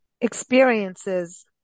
experiences